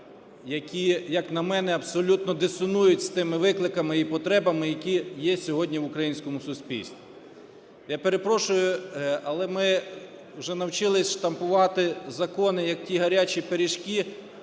які, як на мене, абсолютно дисонують з тими викликами і потребами, які є сьогодні в українському суспільстві. Я перепрошую, але ми вже навчились штампувати закони, як ті гарячі пиріжки,